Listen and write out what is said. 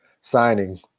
signing